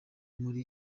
muri